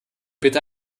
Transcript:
bitte